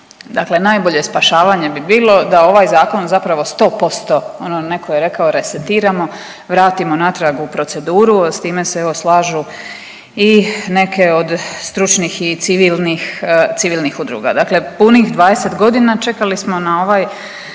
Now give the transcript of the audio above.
Dakle, najbolje spašavanje bi bilo da ovaj zakon zapravo 100% ono neko je rekao resetiramo, vratimo natrag u proceduru, s time se evo slažu i neke od stručnih i civilnih udruga. Dakle, punih 20 godina čekali smo na ovaj